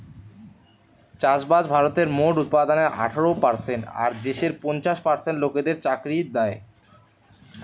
চাষবাস ভারতের মোট উৎপাদনের আঠারো পারসেন্ট আর দেশের পঞ্চাশ পার্সেন্ট লোকদের চাকরি দ্যায়